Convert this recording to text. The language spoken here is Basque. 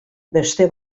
beste